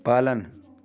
पालन